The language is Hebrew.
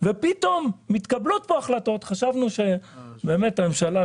ופתאום מתקבלות פה החלטות חשבנו שהממשלה,